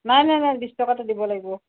নাই নাই নাই বিছ টকাটো দিব লাগিব